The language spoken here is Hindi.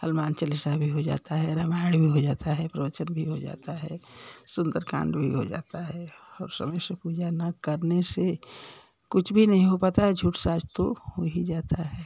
हनुमान चालीसा भी हो जाता है रामायण भी हो जाता है प्रवचन भी हो जाता है सुंदर कांड भी हो जाता है और समय शे पूजा न करने से कुछ भी नहीं हो पाता है झूठ साज तो हो ही जाता है